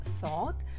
thought